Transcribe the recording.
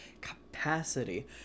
capacity